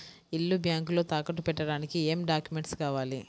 ఇల్లు బ్యాంకులో తాకట్టు పెట్టడానికి ఏమి డాక్యూమెంట్స్ కావాలి?